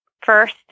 first